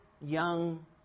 young